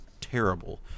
terrible